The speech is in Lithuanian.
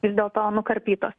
vis dėl to nukarpytas